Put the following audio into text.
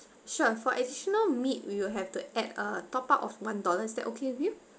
sure for additional meat we will have to add a top up of one dollar is that okay with you